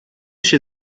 się